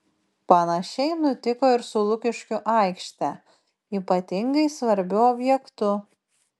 panašiai nutiko ir su lukiškių aikšte ypatingai svarbiu objektu